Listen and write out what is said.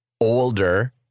older